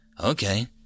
okay